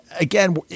again